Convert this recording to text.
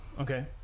okay